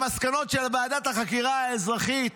המסקנות של ועדת החקירה האזרחית,